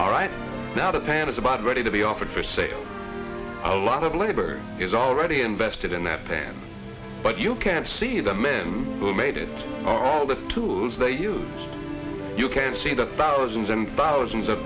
all right now tan is about ready to be offered for sale a lot of labor is already invested in that van but you can see the men who made it all the tools they used you can see the thousands and thousands of